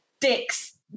dicks